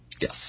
Yes